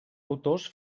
autors